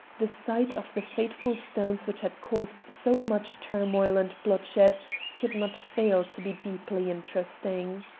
the sight of the fateful stones which had caused so much turmoil and bloodshed could not fail to be deeply interesting.